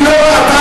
אני לא ראיתי.